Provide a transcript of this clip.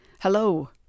Hello